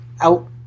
out